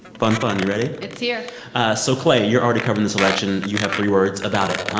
fun, fun. you ready? it's here so, clay, you're already covering this election. you have three words about it, huh?